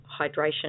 hydration